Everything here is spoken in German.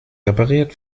repariert